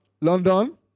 London